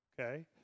Okay